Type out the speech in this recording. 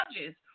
judges